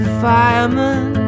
fireman